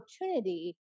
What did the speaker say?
opportunity